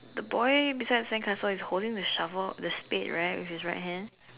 the boy beside the sandcastle is holding the shovel the spade right with his right hand